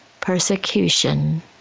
persecution